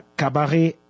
cabaret